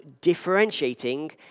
differentiating